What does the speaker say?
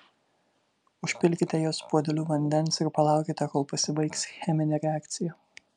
užpilkite jas puodeliu vandens ir palaukite kol pasibaigs cheminė reakcija